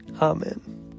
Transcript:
Amen